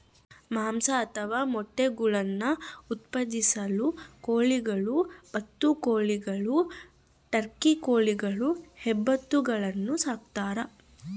ಮಾಂಸ ಅಥವಾ ಮೊಟ್ಟೆಗುಳ್ನ ಉತ್ಪಾದಿಸಲು ಕೋಳಿಗಳು ಬಾತುಕೋಳಿಗಳು ಟರ್ಕಿಗಳು ಹೆಬ್ಬಾತುಗಳನ್ನು ಸಾಕ್ತಾರ